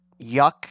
yuck